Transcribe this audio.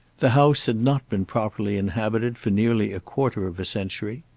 the house had not been properly inhabited for nearly a quarter of a century.